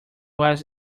was